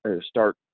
start